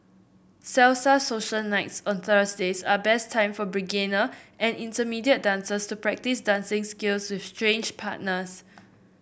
salsa social nights on Thursdays are best time for beginner and intermediate dancers to practice dancing skills with strange partners